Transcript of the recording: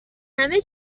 همه